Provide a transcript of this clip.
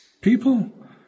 people